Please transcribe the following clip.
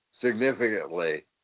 significantly